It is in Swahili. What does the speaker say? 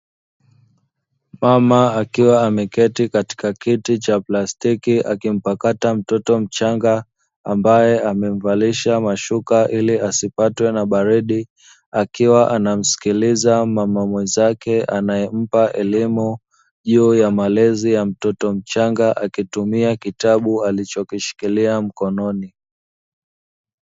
Mama akiwa ameketi katika kiti cha plastiki akimpakata mtoto mchanga ambaye amemvalisha mashuka ili asipatwe na baridi, akiwa anamsikiliza mama mwenzake anayempa elimu juu ya malezi ya mtoto mchanga, akitumia kitabu alichokishikilia mkononi.